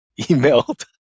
emailed